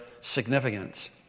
significance